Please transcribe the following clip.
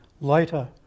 later